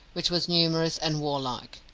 which was numerous and warlike.